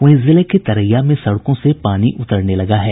वहीं जिले के तरैया में सड़कों से पानी उतरने लगा है